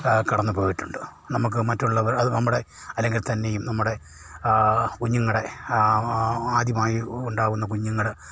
കടന്നുപോയിട്ടുണ്ട് നമുക്ക് മറ്റുള്ളവർ അത് നമ്മുടെ അല്ലെങ്കിൽ തന്നെയും നമ്മുടെ കുഞ്ഞുങ്ങളുടെ ആദ്യമായി ഉണ്ടാകുന്ന കുഞ്ഞുങ്ങൾ